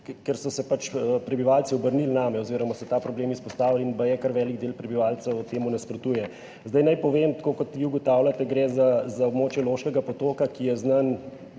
ker so se pač prebivalci obrnili name oziroma so ta problem izpostavili in baje kar velik del prebivalcev temu nasprotuje. Naj povem, tako kot vi ugotavljate, gre za območje Loškega Potoka, ki je bolj